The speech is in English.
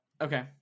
okay